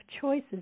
choices